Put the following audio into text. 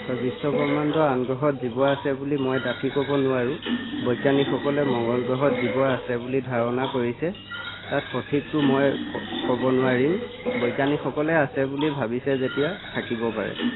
হয় বিশ্ব ব্ৰহ্মাণ্ডৰ আন গ্ৰহত জীৱ আছে বুলি মই ডাঠি ক'ব নোৱাৰোঁ বৈজ্ঞানিকসকলে মংগল গ্ৰহত জীৱ আছে বুলি ধাৰণা কৰিছে তাত সঠিকটো মই ক'ব নোৱাৰিম বৈজ্ঞানিকসকলে আছে বুলি ভাবিছে যেতিয়া থাকিব পাৰে